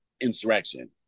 insurrection